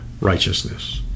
righteousness